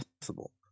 possible